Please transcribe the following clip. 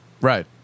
Right